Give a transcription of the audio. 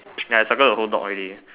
ya I circle the whole dog already